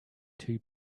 too